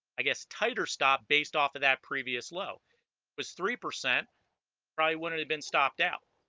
i guess tighter stop based off of that previous low was three percent probably wouldn't have been stopped out